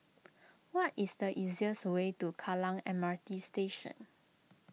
what is the easiest way to Kallang M R T Station